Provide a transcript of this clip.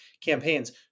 campaigns